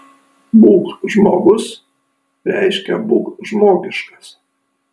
būk žmogus reiškia būk žmogiškas